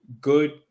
good